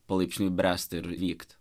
palaipsniui bręsti ir vykt